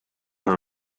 her